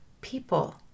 people